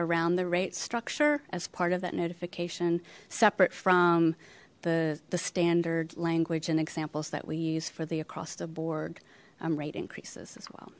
around the rate structure as part of that notification separate from the the standard language and examples that we use for the across the board rate increases as well